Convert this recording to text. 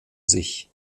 sich